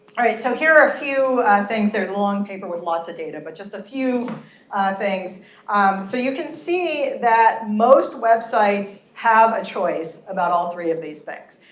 all right. so here are a few things. there's a long paper with lots of data. but just a few things so you can see that most websites have a choice about all three of these things.